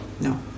No